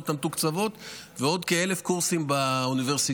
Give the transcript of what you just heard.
המתוקצבות ועוד כ-1,000 קורסים באוניברסיטאות.